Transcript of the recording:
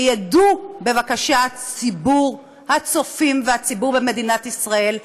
שידעו בבקשה ציבור הצופים והציבור במדינת ישראל,